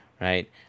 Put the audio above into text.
right